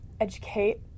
educate